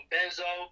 Benzo